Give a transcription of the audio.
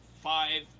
five